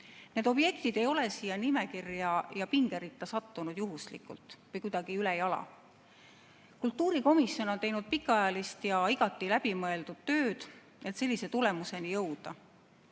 Need objektid ei ole siia nimekirja ja sellisesse pingeritta sattunud juhuslikult või kuidagi ülejala, kultuurikomisjon on pikka aega teinud igati läbimõeldud tööd, et sellise tulemuseni jõuda.